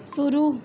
शुरू